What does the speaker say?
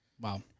Wow